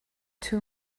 two